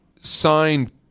signed